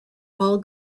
all